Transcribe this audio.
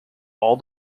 all